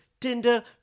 Tinder